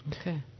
Okay